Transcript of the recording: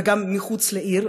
וגם מחוץ לעיר,